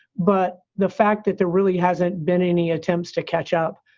but the fact that there really hasn't been any attempts to catch up,